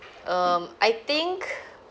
um I think